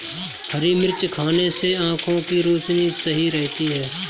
हरी मिर्च खाने से आँखों की रोशनी सही रहती है